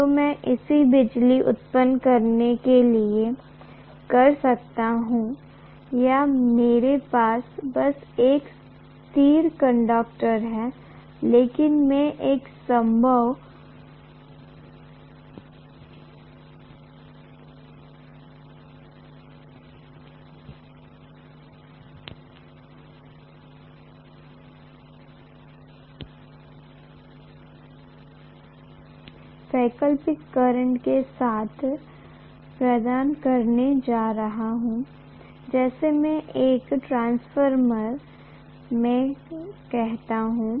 तो मैं इसे बिजली उत्पन्न करने के लिए कर सकता हूं या मेरे पास बस एक स्थिर कंडक्टर है लेकिन मैं एक संभवतः वैकल्पिक करंट के साथ प्रदान करने जा रहा हूं जैसे मैं एक ट्रांसफार्मर में करता हूं